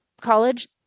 college